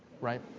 right